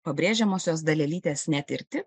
pabrėžiamosios dalelytės netirti